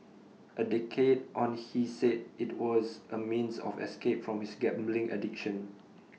A decade on he said IT was A means of escape from his gambling addiction